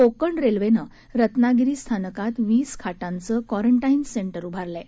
कोकण रेल्वेनं रत्नागिरी स्थानकात वीस खाटांचं क्वारंटाइन सेंटर उभारलं आहे